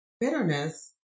bitterness